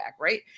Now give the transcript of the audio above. right